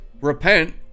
repent